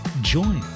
join